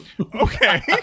Okay